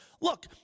Look